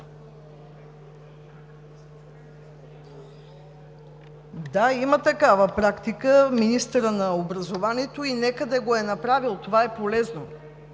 Да, има такава практика и нека министърът на образованието да го е направил. Това е полезно,